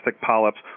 polyps